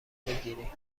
بگیری